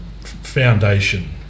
foundation